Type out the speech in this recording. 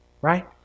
Right